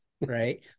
right